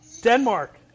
Denmark